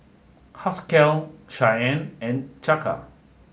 Haskell Shyanne and Chaka